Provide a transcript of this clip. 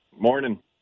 Morning